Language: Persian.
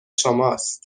شماست